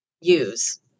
use